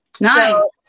Nice